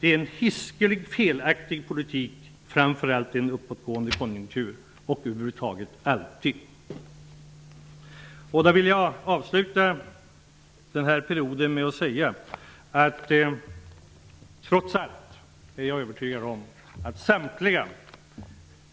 Det är en hiskligt felaktig politik framför allt i en uppåtgående konjunktur, men den är över huvud taget alltid felaktig. Jag vill inför avslutningen av denna mandatperiod säga att jag är övertygad om att samtliga